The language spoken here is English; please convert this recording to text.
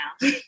now